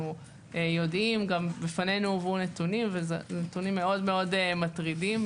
גם בפנינו הובאו נתונים מאוד מטרידים,